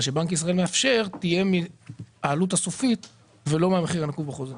שבנק ישראל מאפשר תהיה מהעלות הסופית ולא מהמחיר הנקוב בחוזה.